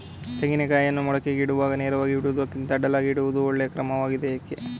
ತೆಂಗಿನ ಕಾಯಿಯನ್ನು ಮೊಳಕೆಗೆ ಇಡುವಾಗ ನೇರವಾಗಿ ಇಡುವುದಕ್ಕಿಂತ ಅಡ್ಡಲಾಗಿ ಇಡುವುದು ಒಳ್ಳೆಯ ಕ್ರಮವಾಗಿದೆ ಏಕೆ?